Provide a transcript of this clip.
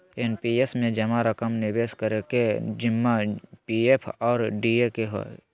NPS में जमा रकम निवेश करे के जिम्मा पी.एफ और डी.ए के हइ